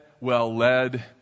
well-led